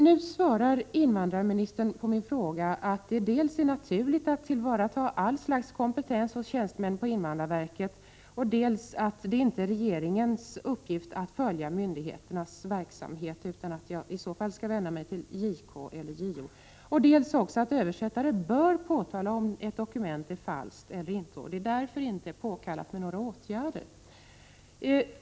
Nu svarar invandrarministern på min fråga dels att det är naturligt att tillvarata all slags kompetens hos tjänstemännen på invandrarverket, dels att det inte är regeringens uppgift att följa myndigheternas verksamhet. Jag skulle i stället kunna vända mig till JK eller JO. Han säger vidare att en översättare bör påtala om ett dokument är falskt och att det inte är påkallat med några åtgärder.